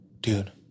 dude